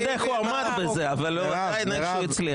לא יודע איך הוא עמד בזה, אבל נראה לי שהוא הצליח.